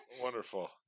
wonderful